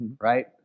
right